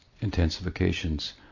intensifications